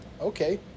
Okay